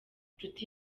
nshuti